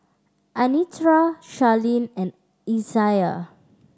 Anitra Charline and Isaiah